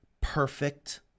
perfect